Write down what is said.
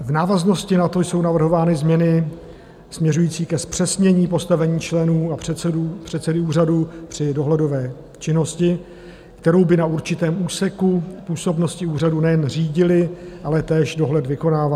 V návaznosti na to jsou navrhovány změny směřující ke zpřesnění postavení členů a předsedy úřadu při dohledové činnosti, kterou by na určitém úseku působnosti úřadu nejen řídili, ale též dohled vykonávali.